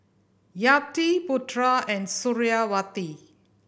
Yati Putra and Suriawati